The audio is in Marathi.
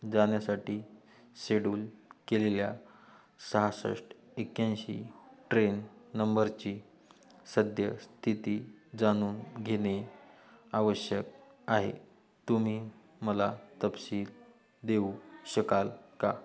जाण्यासाठी शेड्यूल केलेल्या सहासष्ट एक्याऐंशी ट्रेन नंबरची सद्यस्थिती जाणून घेणे आवश्यक आहे तुम्ही मला तपशील देऊ शकाल का